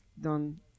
done